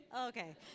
Okay